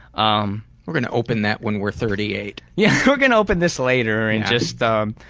um we're gunna open that when we're thirty eight. yeah we're gunna open this later and just, um